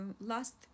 last